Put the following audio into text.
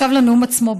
עכשיו לנאום עצמו.